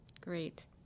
Great